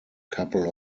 couple